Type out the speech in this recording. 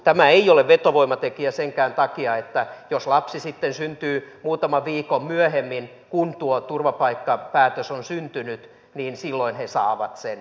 tämä ei ole vetovoimatekijä senkään takia että jos lapsi sitten syntyy muutaman viikon myöhemmin kuin tuo turvapaikkapäätös on syntynyt niin silloin he saavat sen